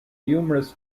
numerous